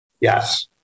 Yes